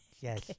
Yes